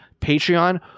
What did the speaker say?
patreon